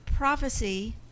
prophecy